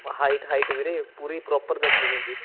height height ਵੀਰੇ ਪੂਰੀ proper ਦੱਸਣੀ ਪੈਂਦੀ